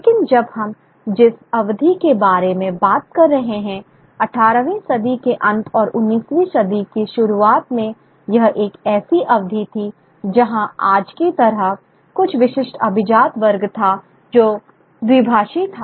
लेकिन जब हम जिस अवधि के बारे में बात कर रहे हैं 18 वीं सदी के अंत और 19 वीं सदी की शुरुआत में यह एक ऐसी अवधि थी जहां आज की तरह कुछ विशिष्ट अभिजात वर्ग था जो द्विभाषी था